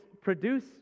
produce